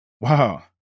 Wow